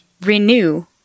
renew